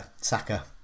Saka